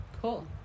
cool